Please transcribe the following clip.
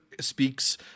Speaks